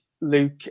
Luke